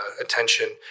attention